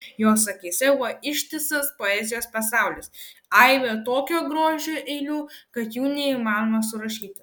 jos akyse buvo ištisas poezijos pasaulis aibė tokio grožio eilių kad jų neįmanoma surašyti